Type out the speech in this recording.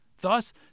Thus